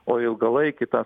o ilgalaikį tą